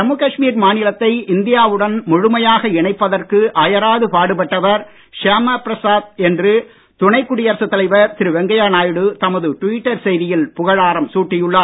ஜம்மு காஷ்மீர் மாநிலத்தை இந்தியாவுடன் முழுமையாக இணைப்பதற்கு அயராது பாடுபட்டவர் ஷ்யாமா பிரசாத் என்று துணை குடியரசு தலைவர் திரு வெங்கையா நாயுடு தமது டிவிட்டர் செய்தியில் புகழாரம் சூட்டியுள்ளார்